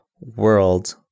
world